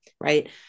Right